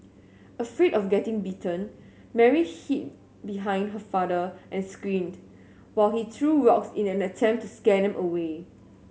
afraid of getting bitten Mary hid behind her father and screamed while he threw rocks in an attempt to scare them away